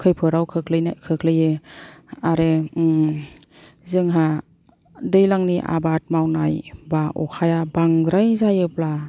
खैफोदाव खोख्लैयो आरो जोंहा दैज्लांनि आबाद मावनाय बा अखाया बांद्राय जायोब्ला